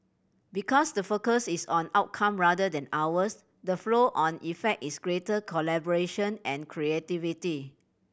because the focus is on outcome rather than hours the flow on effect is greater collaboration and creativity